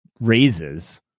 raises